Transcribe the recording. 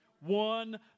One